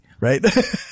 right